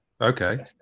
okay